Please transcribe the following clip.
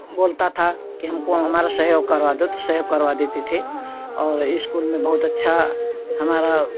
बोलता था कि हमको हमारा सहयोग करवा दो तो सहयोग करवा देते थे और इस्कूल में बहुत अच्छा हमारा